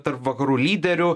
tarp vakarų lyderių